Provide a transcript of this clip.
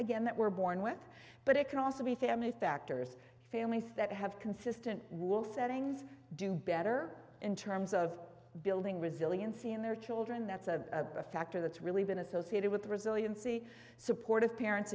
again that we're born with but it can also be family factors families that have consistent rule settings do better in terms of building resiliency in their children that's a factor that's really been associated with resiliency supportive parents